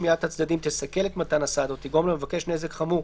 שמיעת הצדדים תסכל את מתן הסעד או תגרום למבקש נזק חמור,